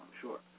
sure